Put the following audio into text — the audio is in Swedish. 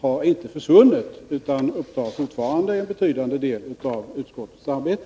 har således inte försvunnit utan upptar fortfarande en betydande del av utskottets arbete.